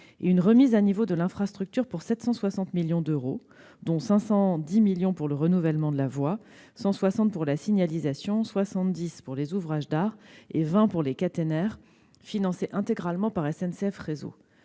la remise à niveau de l'infrastructure pour 760 millions d'euros- dont 510 millions pour le renouvellement de la voie, 160 millions pour la signalisation, 70 millions pour les ouvrages d'art et 20 millions pour les caténaires -, financés intégralement par SNCF Réseau,